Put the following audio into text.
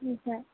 sir